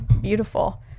beautiful